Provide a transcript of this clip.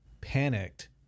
panicked